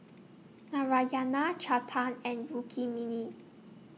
Narayana Chetan and Rukmini